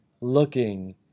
looking